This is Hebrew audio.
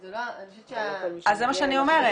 אני חושבת שה --- זה מה שאני אומרת.